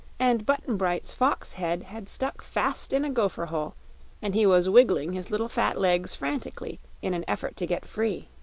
and button-bright's fox head had stuck fast in a gopher hole and he was wiggling his little fat legs frantically in an effort to get free.